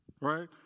right